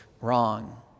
wrong